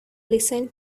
listen